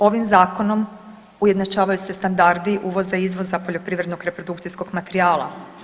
Ovim zakonom ujednačavaju se standardi uvoza izvoza poljoprivrednog reprodukcijskog materijala.